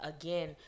again